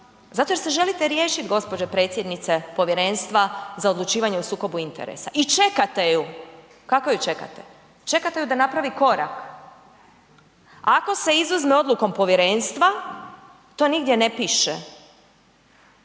Zato jer se želite riješiti gospođe predsjednice Povjerenstva za odlučivanje o sukoba interesa i čekate ju. Kako ju čekate? Čekate ju da napravi korak. Ako se izuzme odlukom povjerenstva to nigdje ne piše,